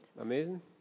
Amazing